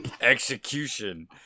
Execution